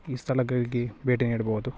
ಈ ಸ್ಥಳಗಳಿಗೆ ಭೇಟಿ ನೀಡ್ಬೋದು